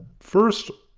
first,